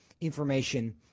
information